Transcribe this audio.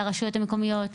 לרשויות המקומיות,